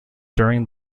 during